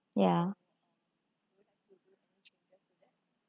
ya